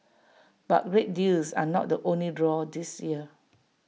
but great deals are not the only draw this year